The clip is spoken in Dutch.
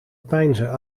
peinzen